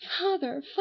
Father